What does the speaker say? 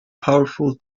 powerful